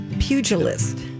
pugilist